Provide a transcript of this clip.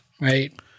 right